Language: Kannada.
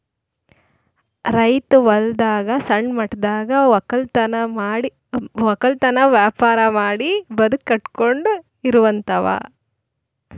ರೈತ್ ಹೊಲದಾಗ್ ಸಣ್ಣ ಮಟ್ಟದಾಗ್ ವಕ್ಕಲತನ್ ವ್ಯಾಪಾರ್ ಮಾಡಿ ಬದುಕ್ ಕಟ್ಟಕೊಂಡು ಇರೋಹಂತಾವ